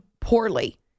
poorly